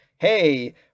Hey